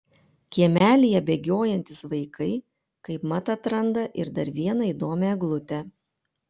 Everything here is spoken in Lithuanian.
kiemelyje bėgiojantys vaikai kaip mat atranda ir dar vieną įdomią eglutę